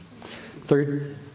Third